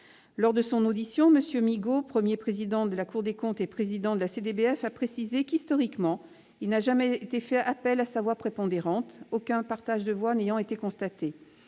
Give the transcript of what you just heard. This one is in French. Lors de son audition, M. Didier Migaud, Premier président de la Cour des comptes et président de la CDBF, a précisé qu'historiquement il n'a jamais été fait appel à sa voix prépondérante, aucun partage de voix n'ayant été constaté.